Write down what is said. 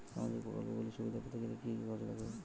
সামাজীক প্রকল্পগুলি সুবিধা পেতে গেলে কি কি কাগজ দরকার?